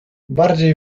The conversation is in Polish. bardziej